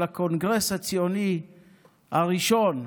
ולקונגרס הציוני הראשון בבזל,